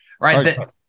Right